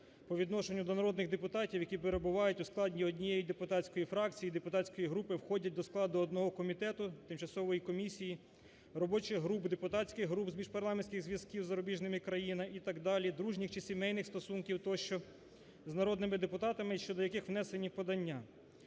по відношенню до народних депутатів, які перебувають у складі однієї депутатської фракції, депутатської групи, входять до складу одного комітету, тимчасової комісії, робочих груп, депутатських груп з міжпарламентських зв'язків з зарубіжними країнами і так далі, дружніх чи сімейних стосунків тощо з народним депутатами, щодо яких внесені подання.